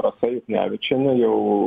rasa juknevičienė jau